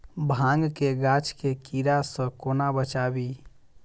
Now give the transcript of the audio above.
भांग केँ गाछ केँ कीड़ा सऽ कोना बचाबी?